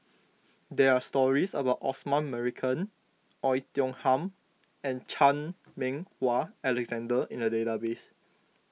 there are stories about Osman Merican Oei Tiong Ham and Chan Meng Wah Alexander in the database